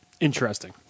Interesting